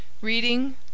Reading